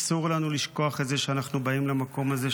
אסור לנו לשכוח את זה כשאנחנו באים למקום הזה.